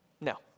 No